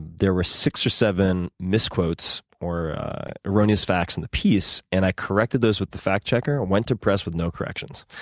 there were six or seven misquotes or erroneous facts in the piece. and i corrected those with the fact checker and it went to press with no corrections.